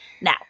Now